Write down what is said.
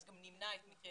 גם נמנע את המקרים.